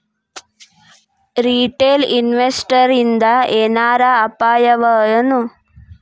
Retail ಇನ್ವೆಸ್ಟರ್ಸಿಂದಾ ಏನರ ಅಪಾಯವಎನು?